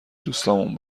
دوستامون